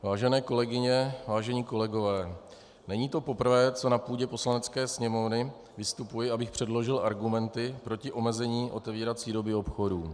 Vážené kolegyně, vážení kolegové, není to poprvé, co na půdě Poslanecké sněmovny vystupuji, abych předložil argumenty proti omezení otevírací doby obchodů.